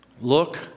Look